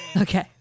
Okay